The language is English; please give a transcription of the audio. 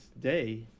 day